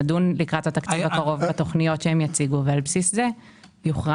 נדון לקראת התקציב הקרוב בתוכניות שהם יציגו ועל בסיס זה יוכרע.